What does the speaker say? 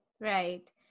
Right